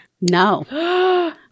No